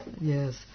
yes